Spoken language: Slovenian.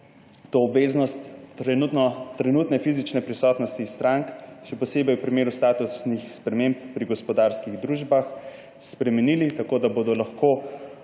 obveznost trenutne fizične prisotnosti strank, še posebej v primeru statusnih sprememb pri gospodarskih družbah, spremenili tako, da bodo lahko